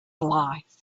life